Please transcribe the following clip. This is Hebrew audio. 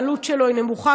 העלות שלו היא נמוכה,